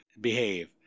Behave